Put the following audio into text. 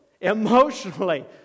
emotionally